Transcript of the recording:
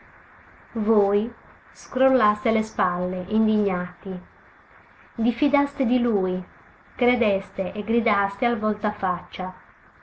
voi scrollaste le spalle indignati diffidaste di lui credeste e gridaste al voltafaccia